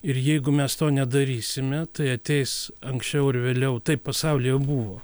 ir jeigu mes to nedarysime tai ateis anksčiau ar vėliau taip pasauly jau buvo